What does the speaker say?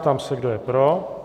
Ptám se, kdo je pro.